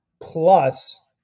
Plus